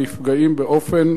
נפגעות באופן